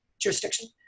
jurisdiction